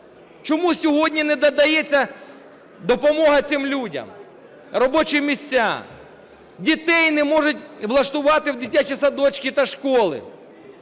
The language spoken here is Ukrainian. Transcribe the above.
Чому сьогодні не надається допомога цим людям, робочі місця? Дітей не можуть влаштувати в дитячі садочки та школи,